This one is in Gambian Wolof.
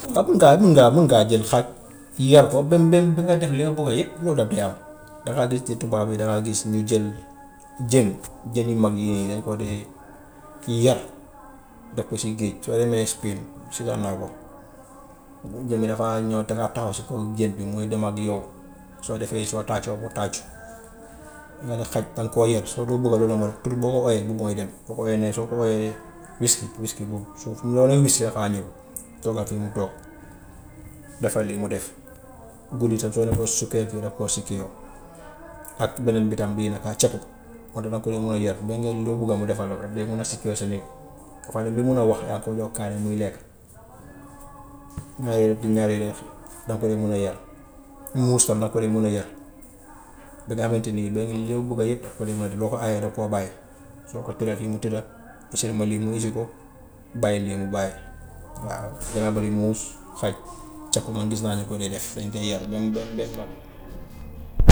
Waa mun ngaa mun ngaa mun ngaa jël xar yar ko ba mu ba mu ba nga def li nga bëgg yëpp loolu daf di am dangaa gis ci tubaab yi dangaa gis ñu jël jën jën yu mag yii nii dañ ko dee kii yar, def ko si géej soo demee seetaan naa ko bu jën yi dafaa ñëw dafaa taxaw si kon jën bi muy dem ak yow, soo defee soo tàccoo mu tàccu. Walla xaj danga koo yat soo dul bugg du la mën tur boo ko ooyee boobu mooy dem, boo ko wooyee ne soo ko wooyee wisky wisky boobu su fu loo ne wiskyi dafaa ñëw toogaal fi mu toog, defal lii mu def, guddi sax soo ne ko secure yow daf koo secure yow. Ak beneen bi tam bii naka ceku boobu tam danga ko dee mën a yar ba ngeen loo bugga mu defal la ko, day mun a secure sa néeg, kafaade bi mën a wax yaa koy jox kaane muy lekk. Ñaar yooyu ñaar yooyu di wax danga ko dee mun a yar muus tam danga ko dee mun a yar ba nga xamante ni ba li nga bugga yëpp daf ko dee mun a def loo ko aaye da koo bàyyi, soo ko teree fii mu tëdda usal ma lii mu usi ko bàyyil lii mu bàyyi. Waaw dangaa bëri muus, xaj, ceku man gis naa ñu ko dee def, dañ koy yar ba mu ba mu ba mu mag.